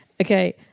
Okay